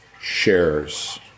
shares